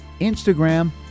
Instagram